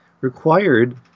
required